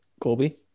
Colby